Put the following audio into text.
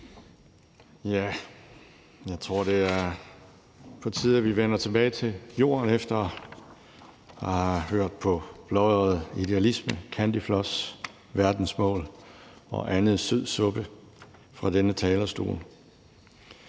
Jeg tror, det er på tide, at vi vender tilbage til jorden efter at have hørt på blåøjet idealisme, candyflossverdensmål og andet sødsuppe fra denne talerstol.